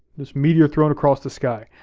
this meteor thrown across the sky,